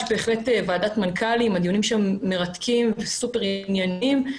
יש ועדת מנכ"לים והדיונים שם מרתקים וסופר ענייניים.